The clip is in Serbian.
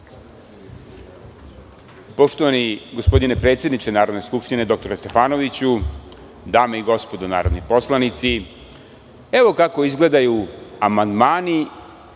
Poštovani gospodine predsedniče Narodne skupštine, dr Stefanoviću, dame i gospodo narodni poslanici, evo kako izgledaju amandmani